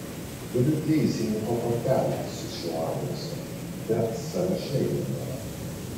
turiu teisininko kortelę su šiuo adresu bet sąraše jo nėra